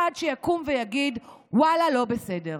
אחד שיקום ויגיד: ואללה, לא בסדר,